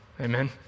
Amen